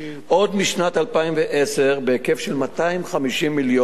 עוד משנת 2010 בהיקף של 250 מיליון,